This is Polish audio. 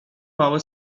małe